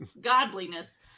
godliness